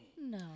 No